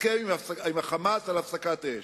הסכם עם ה"חמאס" על הפסקת אש,